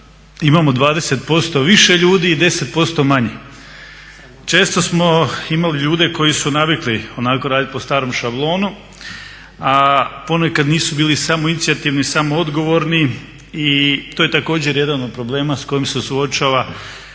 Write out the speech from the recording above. imamo 20% više ljudi i 10% manje. Često smo imali ljude koji su navikli onako raditi po starom šablonu a ponekad nisu bili samoinicijativni, samoodgovorni i to je također jedan od problema sa kojim se suočava